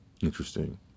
Interesting